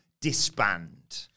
disband